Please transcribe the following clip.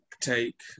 take